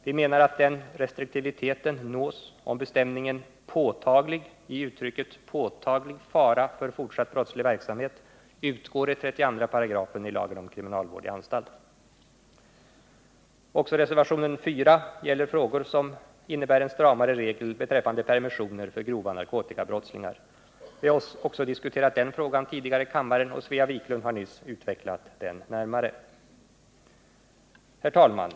Vi menar att den restriktiviteten uppnås om bestämningen ”påtaglig” i uttrycket ”påtaglig fara för fortsatt brottslig verksamhet” utgår i 32 § lagen om kriminalvård i anstalt. Också i reservationen 4 behandlas frågan om stramare regler när det gäller permissioner för interner som dömts för grov narkotikabrottslighet. Vi har diskuterat också den frågan tidigare här i kammaren, och Svea Wiklund har nyss utvecklat den närmare. Herr talman!